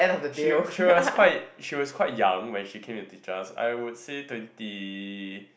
she she was quite she was quite young when she became a teachers I would say twenty